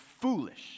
foolish